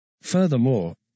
Furthermore